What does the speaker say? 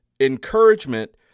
encouragement